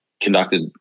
conducted